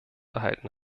erhalten